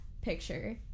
picture